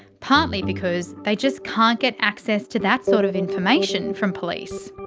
partly because they just can't get access to that sort of information from police.